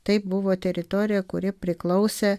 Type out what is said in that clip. tai buvo teritorija kuri priklausė